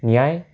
ন্যায়